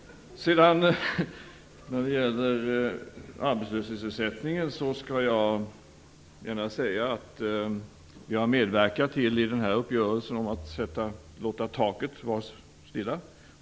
När det gäller arbetslöshetsersättningen har vi i den här uppgörelsen medverkat till att låta taket vara stilla.